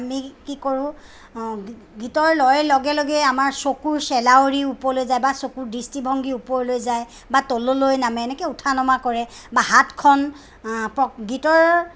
আমি কি কৰোঁ গীতৰ লয়ৰ লগে লগে আমাৰ চকুৰ চেলাউৰি ওপৰলৈ যায় বা চকুৰ দৃষ্টিভঙ্গী ওপৰলৈ যায় বা তললৈ নামে এনেকে উঠা নমা কৰে বা হাতখন গীতৰ